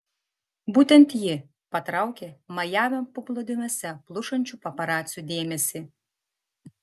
būtent ji patraukė majamio paplūdimiuose plušančių paparacių dėmesį